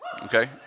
Okay